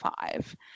five